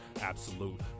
absolute